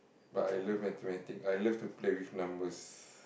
but I love mathematics I love to play with numbers